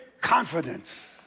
confidence